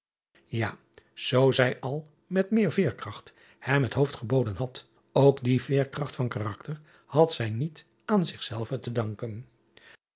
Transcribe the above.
a zoo zij al met meer veerkracht hem het hoofd geboden had ook die veerkracht van karakter had zij niet aan zich zelve te danken